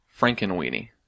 Frankenweenie